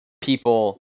people